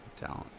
talent